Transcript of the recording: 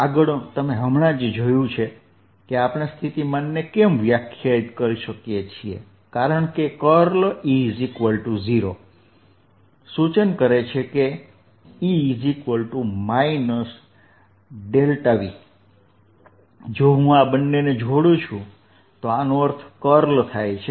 આગળ તમે હમણાં જ જોયું કે આપણે સ્થિતિમાનને કેમ વ્યાખ્યાયિત કરી શકીએ છીએ કારણ કે E0 સૂચન કરે છે કે E V જો હું આ બંનેને જોડું છું તો આનો અર્થ કર્લ છે